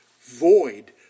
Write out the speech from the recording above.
void